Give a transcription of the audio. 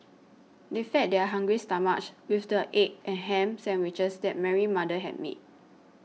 they fed their hungry stomachs with the egg and ham sandwiches that Mary's mother had made